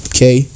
Okay